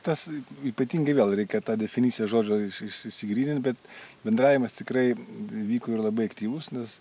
tas ypatingai vėl reikia tą definiciją žodžiais iš išsigrynint bet bendravimas tikrai vyko ir labai aktyvūs nes